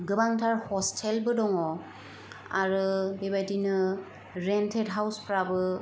गोबांथार हस्टेलबो दङ' आरो बे बायदिनो रेन्टेड हाउसफ्राबो